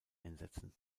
einsetzen